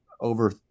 over